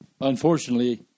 Unfortunately